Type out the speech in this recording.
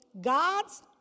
God's